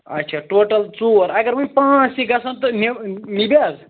اچھا ٹوٹل ژور اگر وۄنۍ پانٛژھ تہِ گَژھن تہِ نِہ نِبہ حظ